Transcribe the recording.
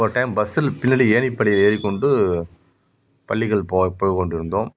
ஒரு டைம் பஸ்ஸில் பின்னாடி ஏணிப்படியில் ஏறிக்கொண்டு பள்ளிகள் புறப்பட்டு கொண்டு இருந்தோம்